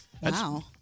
Wow